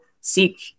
seek